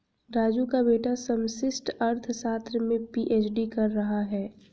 राजू का बेटा समष्टि अर्थशास्त्र में पी.एच.डी कर रहा है